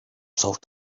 sort